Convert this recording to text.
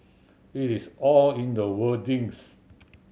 it is all in the wording